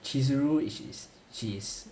chisoo she's she is